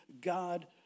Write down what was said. God